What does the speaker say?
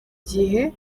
gihe